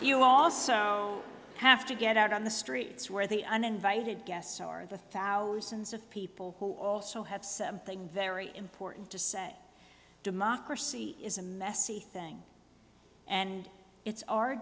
you also have to get out on the streets where the uninvited guests are the thousands of people who also have something very important to say democracy is a messy thing and it's our